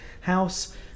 house